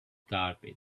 carpet